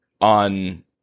on